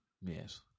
Yes